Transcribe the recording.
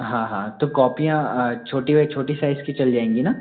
हाँ हाँ तो कॉपियाँ छोटी वाली छोटी साइज़ की चल जाएंगी ना